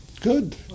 Good